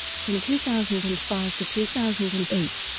from two thousand and five to two thousand and eight,